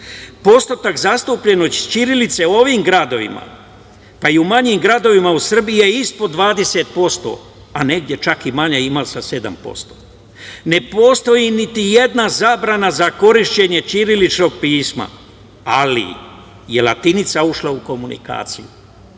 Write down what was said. Postotak zastupljenost ćirilice u ovom gradovima, pa i u manjim gradovima u Srbije i ispod 20%, a negde čak i manje, ima i sa 7%.Ne postoji niti jedna zabrana za korišćenje ćiriličnog pisma, ali je latinica ušla u komunikaciju.